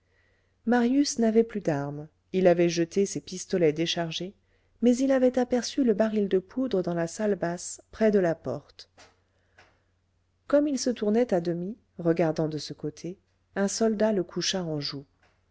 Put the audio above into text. mais il avait aperçu le baril de poudre dans la salle basse près de la porte comme il se tournait à demi regardant de ce côté un soldat le coucha